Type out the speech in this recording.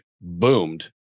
boomed